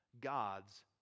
God's